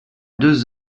deux